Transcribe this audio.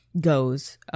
goes